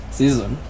season